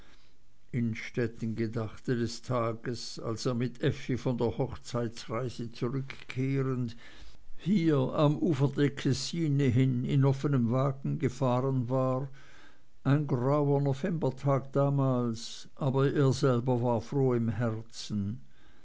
innstetten gedachte des tages als er mit effi von der hochzeitsreise zurückkehrend hier am ufer der kessine hin in offenem wagen gefahren war ein grauer novembertag damals aber er selber froh im herzen